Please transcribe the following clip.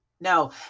No